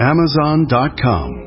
Amazon.com